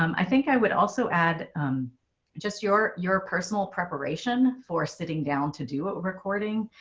um i think i would also add just your your personal preparation for sitting down to do what recording.